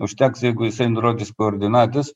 užteks jeigu jisai nurodys koordinates